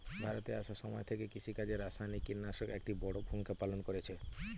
ভারতে আসার সময় থেকে কৃষিকাজে রাসায়নিক কিটনাশক একটি বড়ো ভূমিকা পালন করেছে